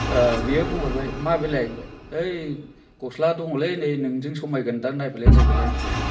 बियो बुंहरबाय मा बेलाय होनबाय ऐ गस्ला दङलै नै नोंजों समायगोनदां नायफैलाय नायफैलाय होनबाय आं